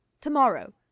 Tomorrow